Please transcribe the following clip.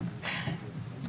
כרגע אין לי מה לומר.